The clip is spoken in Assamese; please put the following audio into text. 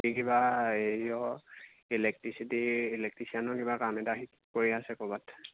সি কিবা হেৰিয়ৰ ইলেক্ট্ৰিচিটিৰ ইলেক্ট্ৰিচিয়ানৰ কিবা কাম এটা সি কৰি আছে ক'ৰবাত